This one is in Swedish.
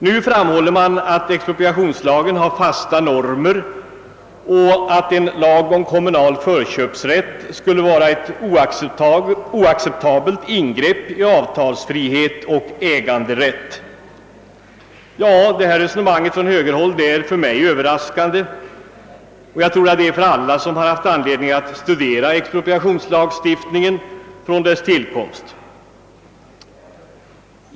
Nu framhåller man från högerns sida att expropriationslagen har fasta normer medan en lag om kommunal förköpsrätt skulle innebära ett oacceptabelt ingrepp i avtalsfrihet och äganderätt. Det resonemanget är som sagt överraskande; jag tror att det är fallet för alla som har haft anledning att studera expropriationslagstiftningen sedan dess tillkomst.